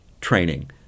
training